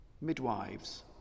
midwives